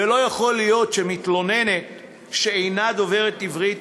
ולא יכול להיות שמתלוננת שאינה דוברת עברית